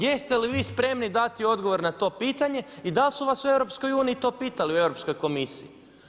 Jeste li vi spremni dati odgovor na to pitanje i dal su vas u EU to pitali u Europskoj komisiji?